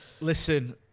Listen